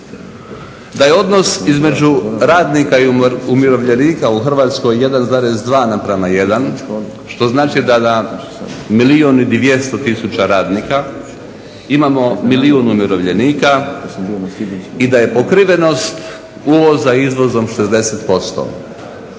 da je odnos između radnika i umirovljenika u Hrvatskoj 1,2:1 što znači da na milijun i 200000 radnika imamo milijun umirovljenika i da je pokrivenost uvoza izvozom 60%.